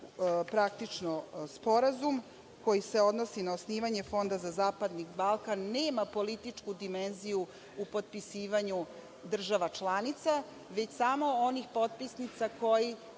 praktično, sporazum koji se odnosi na osnivanje Fonda za zapadni Balkan nema političku dimenziju u potpisivanju država članica, već samo onih potpisnica koje